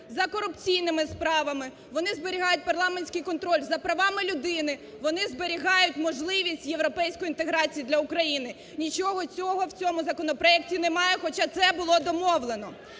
за корупційними справами, вони зберігають парламентський контроль за правами людини, вони зберігають можливість європейської інтеграції для України. Нічого цього в цьому законопроекті немає, хоча це було домовлено.